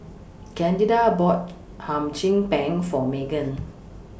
Candida bought Hum Chim Peng For Meaghan